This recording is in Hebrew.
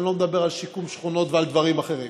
אני לא מדבר על שיקום שכונות ועל דברים אחרים.